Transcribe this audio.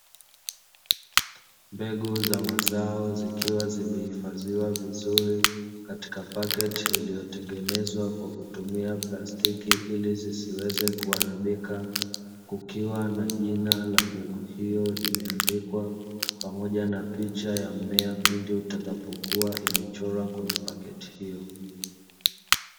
Mbegu za mazao zikiwa zimehifadhiwa vizuri katika paketi iliyotengenezwa kwa kutumia plastiki ili zisiweze kuharibika, kukiwa na jina la mbegu hiyo imeandikwa, pamoja na picha ya mmea pindi utakapokuwa imechorwa kwenye paketi hiyo.